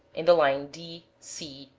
in the line d, c,